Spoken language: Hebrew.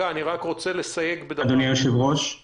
אפשר אולי רק את סעיף 3 וזהו.